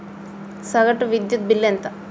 సగటు విద్యుత్ బిల్లు ఎంత?